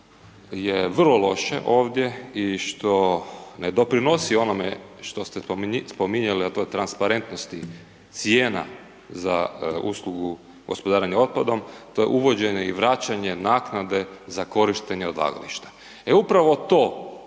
je vrlo loše ovdje i što ne doprinosi onome što ste spominjali o toj transparentnosti, cijena za uslugu gospodarenje otpadom, to je uvođenje i vraćanje naknade za korištenje odlagališta. E, upravo to